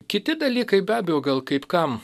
kiti dalykai be abejo gal kaip kam